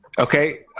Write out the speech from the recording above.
Okay